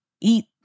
eat